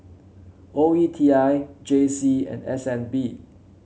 O E T I J C and S N B